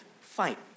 fight